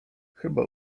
chyba